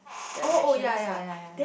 oh oh ya ya ya ya